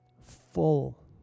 full